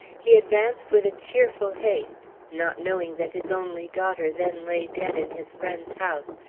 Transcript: he advanced with a cheerful haste, not knowing that his only daughter then lay dead in his friend's house,